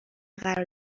قرار